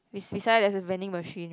bes~ beside there's a vending machine